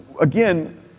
again